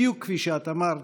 בדיוק כפי שאת אמרת,